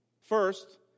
First